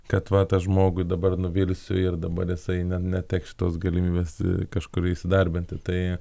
kad va tą žmogui dabar nuvirsiu ir dabar jisai ne neteks šitos galimybės kažkur įsidarbinti tai